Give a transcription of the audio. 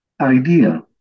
idea